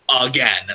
again